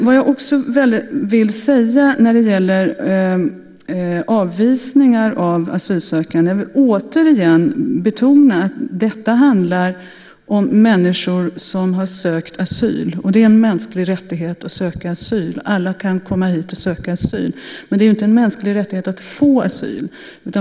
Sedan var det frågan om avvisningar av asylsökande. Jag vill återigen betona att det här handlar om människor som har sökt asyl. Det är en mänsklig rättighet att söka asyl. Alla kan komma hit och söka asyl. Men det är inte en mänsklig rättighet att få asyl.